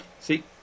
See